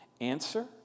Answer